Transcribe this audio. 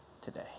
today